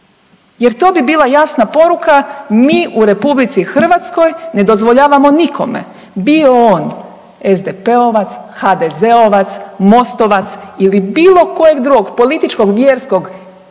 jer to bi bila jasna poruka, mi u RH ne dozvoljavamo nikome bio on SDP-ovac, HDZ-ovac, MOST-ovac ili bilo kojeg drugog političkog, vjerskog,